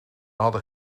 hadden